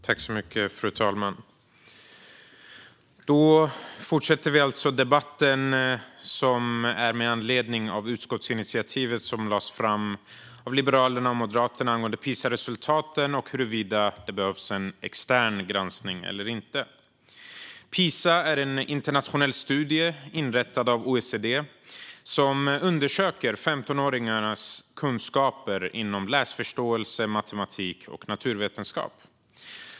Fru talman! Då fortsätter vi debatten med anledning av det förslag till utskottsinitiativ som lades fram av Liberalerna och Moderaterna angående PISA-resultaten och huruvida det behövs en extern granskning eller inte. PISA är en internationell studie, inrättad av OECD, som undersöker 15-åringars kunskaper inom läsförståelse, matematik och naturvetenskap.